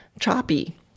choppy